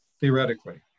theoretically